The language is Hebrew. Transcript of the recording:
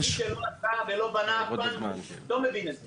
מי שלא עשה ולא בנה אף פעם, לא מבין את זה.